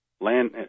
land